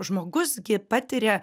žmogus gi patiria